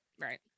Right